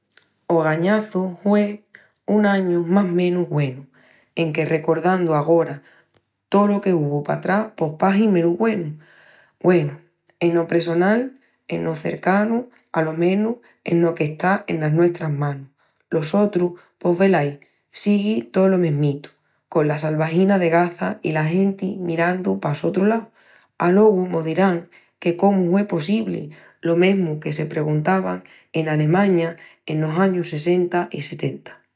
Ogañazu hue un añu más menus güenu enque recordandu agora tolo que uvu patrás pos pahi menus güenu. Güenu eno pressonal, eno cercanu, alo menus eno qu'está enas nuestras manus. Lo sotru pos velaí sigui tolo mesmitu, con la salvagina de Gaza i la genti mirandu pa sotru lau. Alogu mos dirán que cómu hue possibli, lo mesmu que se perguntavan en Alemaña enos añus sessenta i setenta.